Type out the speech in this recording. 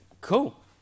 Cool